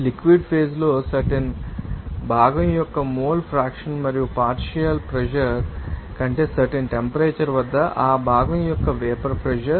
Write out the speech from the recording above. liquid phase లో certain భాగం యొక్క మోల్ ఫ్రాక్షన్ మరియు పార్షియల్ ప్రెషర్ కంటే సర్టెన్ టెంపరేచర్ వద్ద ఆ భాగం యొక్క వేపర్ ప్రెషర్